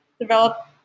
develop